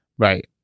Right